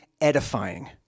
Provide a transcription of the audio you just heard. edifying